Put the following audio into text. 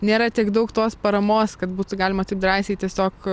nėra tiek daug tos paramos kad būtų galima taip drąsiai tiesiog